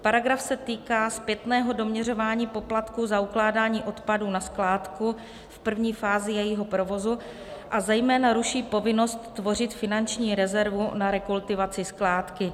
Paragraf se týká zpětného doměřování poplatku za ukládání odpadu na skládku v první fázi jejího provozu a zejména ruší povinnost tvořit finanční rezervu na rekultivaci skládky.